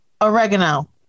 Oregano